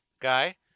guy